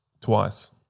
twice